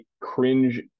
cringe